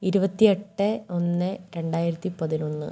ഇരുപത്തിയെട്ട് ഒന്ന് രണ്ടായിരത്തിപ്പതിനൊന്ന്